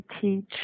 teach